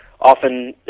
often